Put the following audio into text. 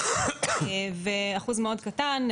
ואחוז מאוד קטן,